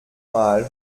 mal